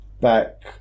back